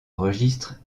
registre